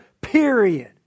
period